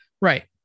Right